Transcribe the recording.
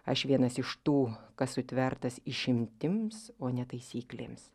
aš vienas iš tų kas sutvertas išimtims o ne taisyklėms